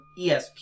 ESP